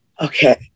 Okay